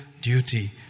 duty